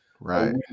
right